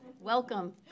Welcome